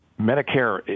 Medicare